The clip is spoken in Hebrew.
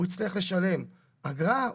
הוא יצטרך לשלם אגרה,